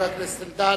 חבר הכנסת אלדד.